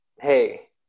hey